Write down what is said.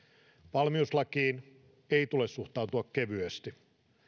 valmiuslakiin ei tule suhtautua kevyesti